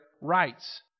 rights